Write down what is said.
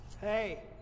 Hey